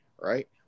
right